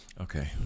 Okay